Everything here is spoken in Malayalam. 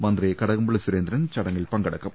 മന്ത്രി കടകംപള്ളി സുരേന്ദ്രൻ ചടങ്ങിൽ പങ്കെടുക്കും